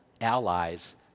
allies